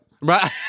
Right